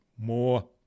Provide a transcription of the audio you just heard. more